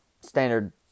standard